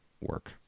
work